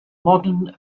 modern